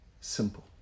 simple